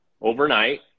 overnight